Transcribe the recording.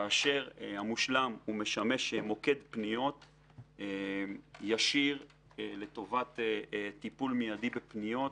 המושלם משמש כמוקד פניות ישיר לטובת טיפול מידי בפניות,